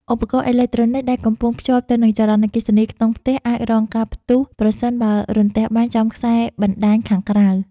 ឧបករណ៍អេឡិចត្រូនិកដែលកំពុងភ្ជាប់ទៅនឹងចរន្តអគ្គិសនីក្នុងផ្ទះអាចរងការផ្ទុះប្រសិនបើរន្ទះបាញ់ចំខ្សែបណ្តាញខាងក្រៅ។